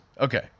Okay